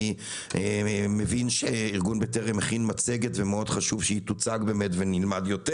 אני מבין שארגון בטרם הכין מצגת וחשוב מאוד שהיא תוצג ונלמד יותר,